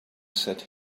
set